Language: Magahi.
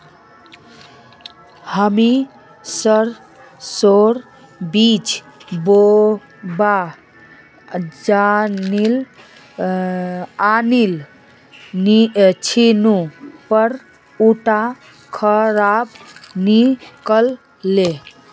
हामी सरसोर बीज बोवा आनिल छिनु पर उटा खराब निकल ले